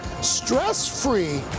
stress-free